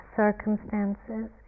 circumstances